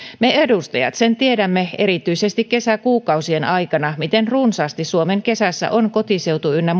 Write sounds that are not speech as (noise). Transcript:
me edustajat sen tiedämme erityisesti kesäkuukausien aikana miten runsaasti suomen kesässä on kotiseutu ynnä (unintelligible)